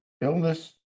illness